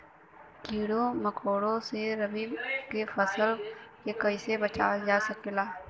कीड़ों मकोड़ों से रबी की फसल के कइसे बचावल जा?